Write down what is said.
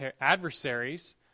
adversaries